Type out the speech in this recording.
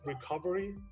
recovery